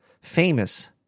famous